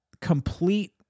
complete